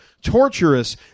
torturous